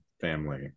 family